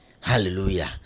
Hallelujah